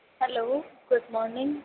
hello good morning